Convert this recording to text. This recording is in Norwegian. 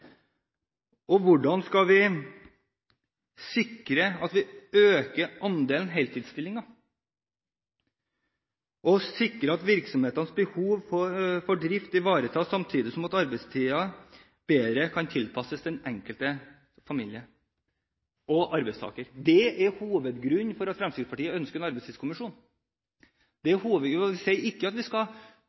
Hvordan skal vi sikre at vi øker andelen heltidsstillinger og sikre at virksomhetenes behov for drift ivaretas, samtidig som arbeidstiden bedre kan tilpasses den enkelte familie og arbeidstaker? Det er hovedgrunnen for at Fremskrittspartiet ønsker en arbeidstidskommisjon. Vi sier ikke at vi skal